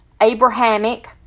Abrahamic